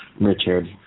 Richard